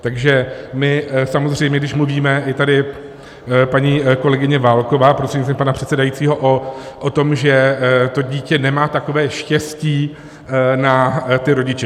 Takže my samozřejmě, když mluvíme, i tady paní kolegyně Válková prostřednictvím pana předsedajícího, o tom, že dítě nemá takové štěstí na rodiče.